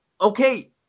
okay